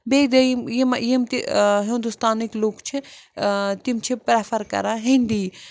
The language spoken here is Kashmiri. بیٚیہِ دٔیِم یِم یِم تہِ ہِندوستانٕکۍ لُکھ چھِ تِم چھِ پرٮ۪فر کَران ہِندی